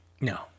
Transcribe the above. No